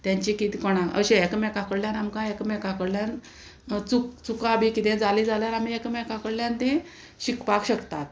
तेंचे कितें कोणाक अशें एकामेकां कडल्यान आमकां एकामेकां कडल्यान चुक चुका बी कितें जाली जाल्यार आमी एकामेकां कडल्यान तें शिकपाक शकतात